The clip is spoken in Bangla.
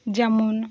যেমন